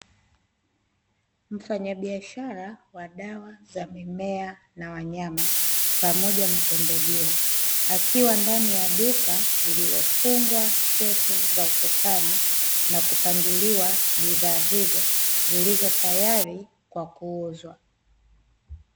Mfanya biashara wa dawa za mimea na wanyama pamoja na pembejeo akiwa ndani ya duka lililofungwa shelfu za ukutani na kupangiliwa bidhaa hizo zilizo tayari kwa kuuzwa.